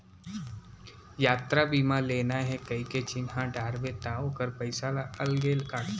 यातरा बीमा लेना हे कइके चिन्हा डारबे त ओकर पइसा ल अलगे काटथे